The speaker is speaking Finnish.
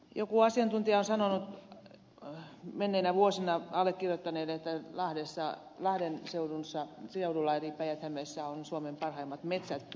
joku asiantuntija on sanonut menneinä vuosina allekirjoittaneelle että lahden seudulla eli päijät hämeessä on suomen parhaimmat metsät